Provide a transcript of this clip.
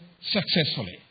successfully